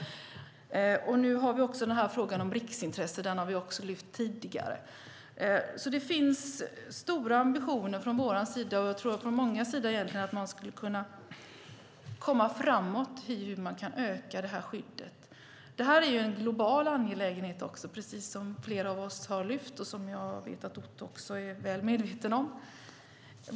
Nu har vi också frågan om riksintresse, och den har vi även lyft upp tidigare. Det finns alltså stora ambitioner från vår sida, och egentligen från många andras sida, när det gäller att komma framåt i hur man kan öka det här skyddet. Det här är en global angelägenhet, precis som flera av oss har lyft fram och som jag vet att även Otto von Arnold är väl medveten om.